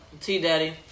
T-Daddy